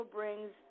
brings